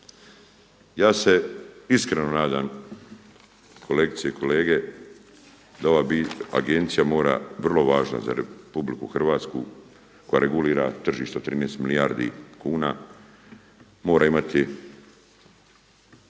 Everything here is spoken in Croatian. Ja se iskreno nadam, kolegice i kolege, da ova agencija mora vrlo važna za Republiku Hrvatsku koja regulira tržište od 13 milijuna kuna mora imati